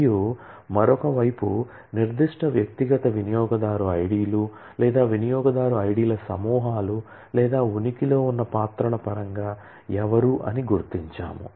మరియు మరొక వైపు నిర్దిష్ట వ్యక్తిగత వినియోగదారు ఐడిలు లేదా వినియోగదారు ఐడిల సమూహాలు లేదా ఉనికిలో ఉన్న పాత్రల పరంగా ఎవరు అని గుర్తించాము